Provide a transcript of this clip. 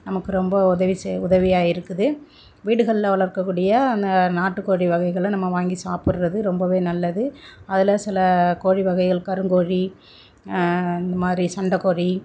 நமக்கு ரொம்ப ஒதவி செய்ய உதவியாக இருக்குது வீடுகளில் வளர்க்கக்கூடிய அந்த நாட்டுக்கோழி வகைகளை நம்ம வாங்கி சாப்பிட்றது ரொம்ப நல்லது அதில் சில கோழி வகைகள் கருங்கோழி இந்தமாதிரி சண்டக்கோழி